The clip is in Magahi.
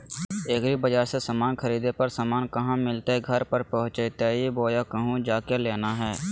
एग्रीबाजार से समान खरीदे पर समान कहा मिलतैय घर पर पहुँचतई बोया कहु जा के लेना है?